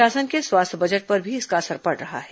शासन के स्वास्थ्य बजट पर भी इसका असर पड़ रहा है